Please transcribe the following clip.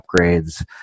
upgrades